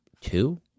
two